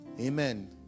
Amen